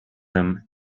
him